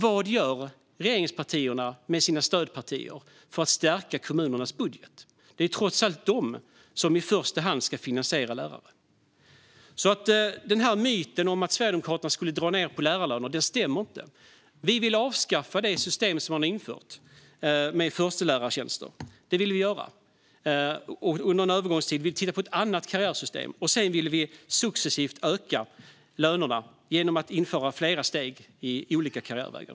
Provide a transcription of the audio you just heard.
Vad gör regeringspartierna och deras stödpartier för att stärka kommunernas budgetar? Det är trots allt de som i första hand ska finansiera lärare. Den här myten om att Sverigedemokraterna skulle dra ned på lärarlönerna stämmer inte. Vi vill avskaffa det system som man har infört med förstelärartjänster. Under en övergångstid vill vi titta på ett annat karriärsystem. Sedan vill vi successivt öka lönerna genom att införa flera steg i olika karriärvägar.